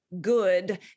good